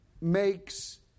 makes